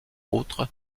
autres